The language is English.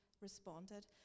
responded